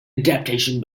adaptation